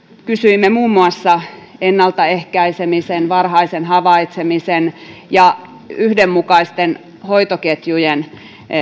kysyimme muun muassa ennaltaehkäisemisen varhaisen havaitsemisen ja yhdenmukaisten hoitoketjujen